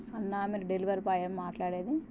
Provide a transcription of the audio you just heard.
అన్నా మీరు delivery boy మాట్లాడేది